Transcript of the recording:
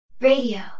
Radio